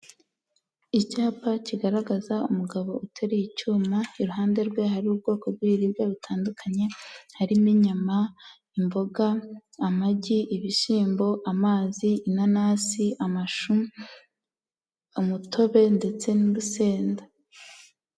Icyapa kigaragaza umugabo uteruye icyuma, iruhande rwe hari ubwoko bw'ibiribwa bitandukanye, harimo inyama, imboga, amagi, ibishyimbo, amazi, inanasi, amashu, umutobe ndetse n'urusenda.